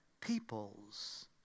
peoples